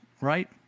Right